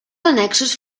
annexos